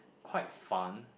quite fun